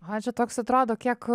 aha čia toks atrodo kiek